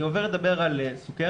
אני עובר לדבר על סכרת.